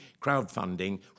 crowdfunding